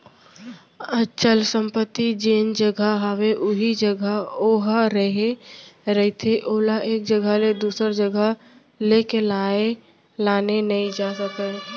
अचल संपत्ति जेन जघा हवय उही जघा ओहा रेहे रहिथे ओला एक जघा ले दूसर जघा लेगे लाने नइ जा सकय